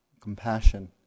compassion